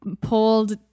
pulled